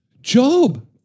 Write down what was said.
Job